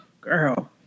girl